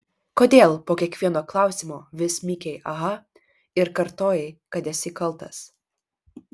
kodėl po kiekvieno klausimo vis mykei aha ir kartojai kad esi kaltas